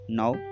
now